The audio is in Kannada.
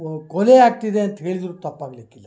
ವ ಕೊಲೆ ಆಗ್ತಿದೆ ಅಂತ ಹೇಳಿದರೂ ತಪ್ಪಾಗಲಿಕ್ಕಿಲ್ಲ